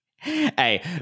Hey